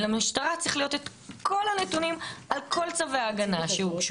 ולמשטרה צריך להיות את כל הנתונים על כל צווי ההגנה שיצאו.